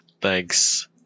Thanks